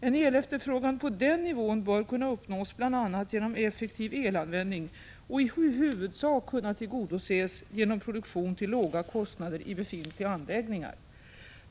En elefterfrågan på den nivån bör kunna uppnås bl.a. genom effektiv elanvändning och i huvudsak kunna tillgodoses genom produktion till låga kostnader i befintliga anläggningar.